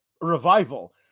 revival